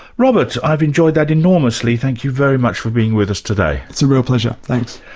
robert, i've enjoyed that enormously, thank you very much for being with us today. it's a real pleasure, thanks.